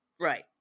right